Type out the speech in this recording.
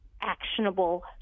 actionable